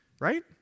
right